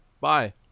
bye